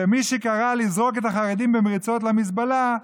ומי שקרא לזרוק את החרדים במריצות למזבלה,